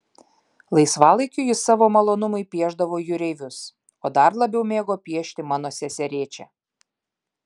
laisvalaikiu jis savo malonumui piešdavo jūreivius o dar labiau mėgo piešti mano seserėčią